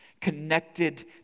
connected